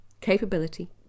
capability